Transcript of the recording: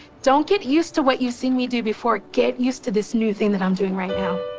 don't get used to what you've seen me do before. get used to this new thing that i'm doing right now.